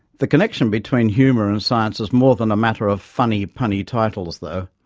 the connection between humour and science is more than a matter of funny, punny titles though.